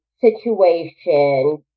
situation